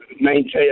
maintain